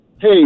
Hey